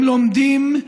הם לומדים,